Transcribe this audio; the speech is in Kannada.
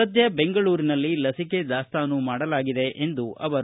ಸದ್ದ ಬೆಂಗಳೂರಿನಲ್ಲಿ ಲಸಿಕೆ ದಾಸ್ತಾನು ಮಾಡಲಾಗಿದೆ ಎಂದರು